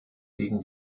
gegen